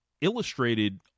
illustrated